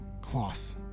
cloth